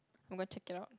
I'm gonna check it out